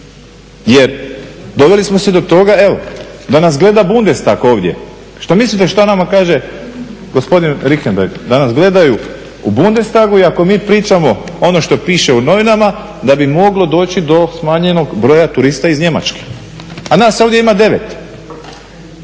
Jer doveli smo se do toga evo da nas gleda Bundestag ovdje. Šta mislite šta nama kaže gospodin Richembergh? Da nas gledaju u Bundestagu i ako mi pričamo ono što piše u novinama da bi moglo doći do smanjenog broja turista iz Njemačke. A nas ovdje ima 9.